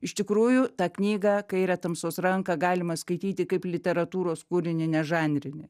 iš tikrųjų tą knygą kairę tamsos ranką galima skaityti kaip literatūros kūrinį ne žanrinį